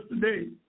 today